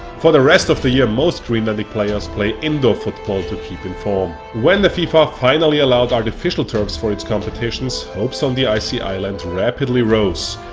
for the rest of the year most greenlandic players play indoor football to keep in form. when the fifa finally allowed artificial turfs for its competitions, hopes on the icy island rapidly rose.